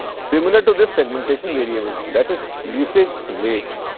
similar to this segmentation variable that is usage rate.